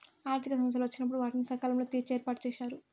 ఆర్థిక సమస్యలు వచ్చినప్పుడు వాటిని సకాలంలో తీర్చే ఏర్పాటుచేశారు